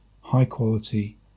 high-quality